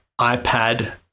iPad